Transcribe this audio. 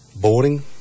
Boarding